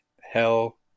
hell